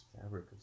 fabric